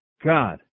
God